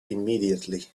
immediately